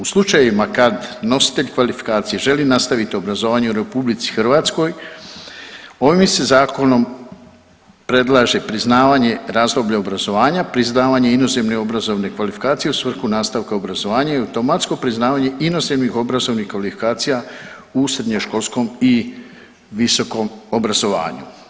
U slučajevima kad nositelj kvalifikacije želi nastaviti obrazovanje u RH ovim se zakonom predlaže priznavanje razdoblja obrazovanja, priznavanje inozemne obrazovne kvalifikacije u svrhu nastavka obrazovanja i automatsko priznavanje inozemnih obrazovnih kvalifikacija u srednješkolskom i visokom obrazovanju.